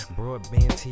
broadband